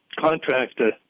contractor